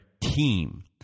team